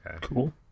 Cool